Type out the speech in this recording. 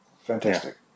fantastic